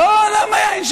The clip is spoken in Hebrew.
למה יין?